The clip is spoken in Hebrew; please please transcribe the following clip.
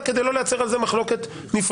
כדי לא לייצר על זה מחלוקת נפרדת.